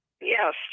Yes